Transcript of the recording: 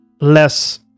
less